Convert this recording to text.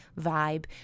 vibe